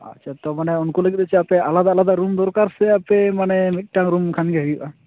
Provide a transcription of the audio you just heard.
ᱟᱪᱪᱷᱟ ᱛᱚ ᱢᱟᱱᱮ ᱩᱱᱠᱩ ᱞᱟᱹᱜᱤᱫ ᱫᱚ ᱪᱮᱫ ᱟᱯᱮ ᱟᱞᱟᱫᱟ ᱟᱞᱟᱫᱟ ᱨᱩᱢ ᱫᱚᱨᱠᱟᱨ ᱥᱮ ᱟᱯᱮ ᱢᱟᱱᱮ ᱢᱤᱫᱴᱟᱝ ᱨᱩᱢ ᱠᱷᱟᱱ ᱜᱮ ᱦᱩᱭᱩᱜᱼᱟ